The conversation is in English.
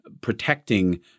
protecting